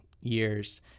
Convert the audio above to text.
years